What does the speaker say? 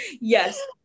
Yes